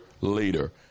later